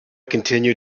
continued